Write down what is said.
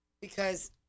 because-